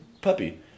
puppy